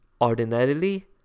Ordinarily